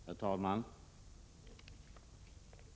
Herr talman!